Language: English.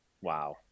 wow